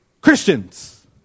christians